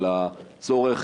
של הצורך,